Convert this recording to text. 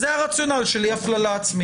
זה הרציונל של אי הפללה עצמית.